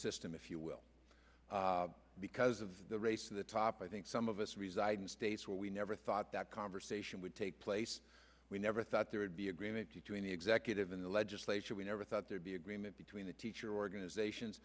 system if you will because of the race to the top i think some of us reside in states where we never thought that conversation would take place we never thought there would be agreement between the executive in the legislature we never thought there'd be agreement between the teacher organizations